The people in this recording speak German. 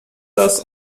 das